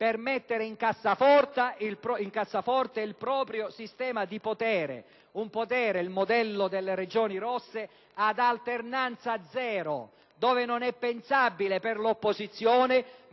per mettere in cassaforte il proprio sistema di potere: il modello delle Regioni rosse ad alternanza zero, dove non è pensabile per l'opposizione